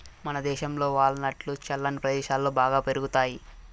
మనదేశంలో వాల్ నట్లు చల్లని ప్రదేశాలలో బాగా పెరుగుతాయి